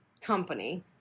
Company